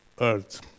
earth